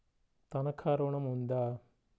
తనఖా ఋణం ఉందా?